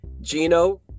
Gino